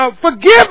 Forgive